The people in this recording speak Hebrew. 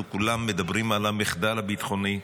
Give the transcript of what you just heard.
אנחנו כולם מדברים על המחדל הביטחוני,